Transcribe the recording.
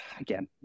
Again